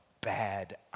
bad